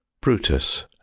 Brutus